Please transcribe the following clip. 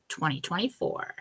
2024